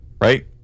Right